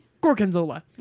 Gorgonzola